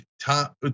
top